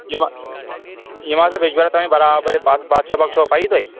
یِم یِم ہسا بجبِہارا تَرٛاونہِ برابر پادشاہ باغ چھُوا پَیِی تۄہہِ